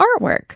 artwork